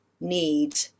need